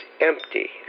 empty